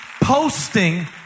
posting